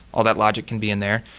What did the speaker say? all that logic can be in there.